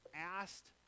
asked